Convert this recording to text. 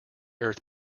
earth